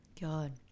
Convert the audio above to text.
God